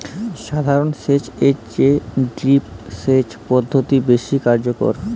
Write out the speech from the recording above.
সাধারণ সেচ এর চেয়ে ড্রিপ সেচ পদ্ধতি বেশি কার্যকর